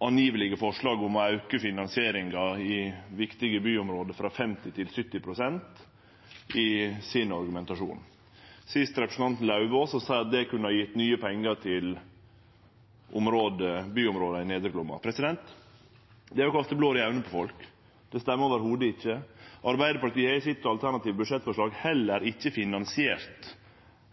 Arbeidarpartiets forslag om tilsynelatande å auke finansieringa i viktige byområde frå 50 pst. til 70 pst., i argumentasjonen sin. Sist var det representanten Lauvås, som seier at det kunne ha gjeve nye pengar til byområda i Nedre Glomma. Det er å kaste blår i auga på folk – det stemmer ikkje i det heile. Arbeidarpartiet har i sitt alternative budsjettforslag heller ikkje finansiert